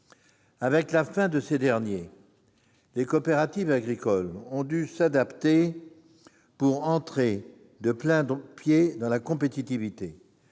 Avec la fin de ces derniers, les coopératives agricoles ont dû s'adapter pour entrer de plain-pied dans la compétitivité.